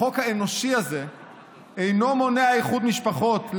החוק האנושי הזה אינו מונע איחוד משפחות.